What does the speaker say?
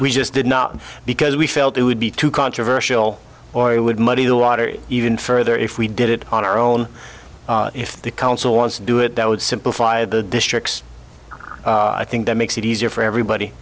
we just did not because we felt it would be too controversial or would muddy the water even further if we did it on our own if the council wants to do it that would simplify the districts i think that makes it easier for everybody